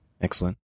Excellent